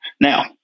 Now